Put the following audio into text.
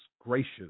gracious